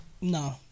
No